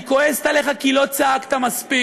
אני כועסת עליך, כי לא צעקת מספיק.